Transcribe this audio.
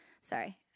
Sorry